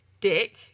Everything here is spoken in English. dick